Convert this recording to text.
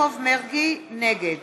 נגד